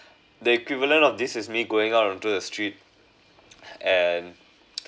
the equivalent of this is me going out into the street and